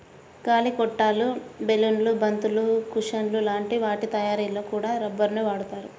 గాలి గొట్టాలు, బెలూన్లు, బంతులు, కుషన్ల లాంటి వాటి తయ్యారీలో కూడా రబ్బరునే వాడతారు